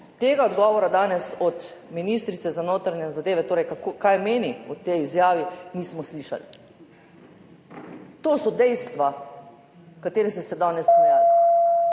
Tega odgovora danes od ministrice za notranje zadeve, torej kaj meni o tej izjavi, nismo slišali. To so dejstva katerim ste se danes smejali.